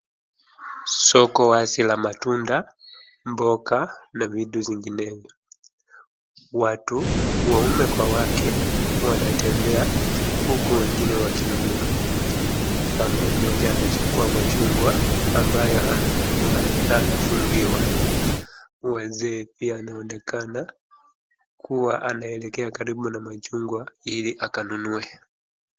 Soko wazi la matunda, mboga na vitu zinginevyo. Watu waume kwa wake wanatembea huku wengine wakinunua. Mama mmoja anachagua machungwa ambayo amenunua na anafungiwa. Mzee pia anaonekana kuwa anaelekea karibu na machungwa ili akanunue.